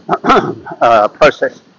process